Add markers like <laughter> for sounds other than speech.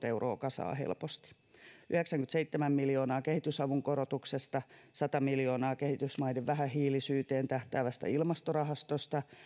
<unintelligible> euroa kasaan helposti yhdeksänkymmentäseitsemän miljoonaa kehitysavun korotuksesta sata miljoonaa kehitysmaiden vähähiilisyyteen tähtäävästä ilmastorahastosta